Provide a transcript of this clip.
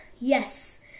yes